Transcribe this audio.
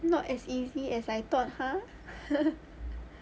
not as easy as I thought !huh!